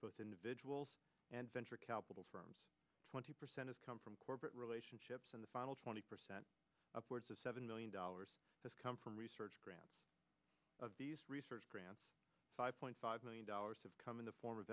both individuals and venture capital firms twenty percent of come from corporate relationships in the final twenty percent upwards of seven million dollars has come from research grants of research grants five point five million dollars have come in the form of